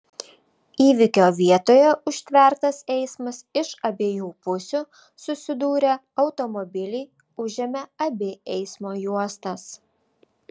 įvykio vietoje užtvertas eismas iš abiejų pusių susidūrė automobiliai užėmė abi eismo juostas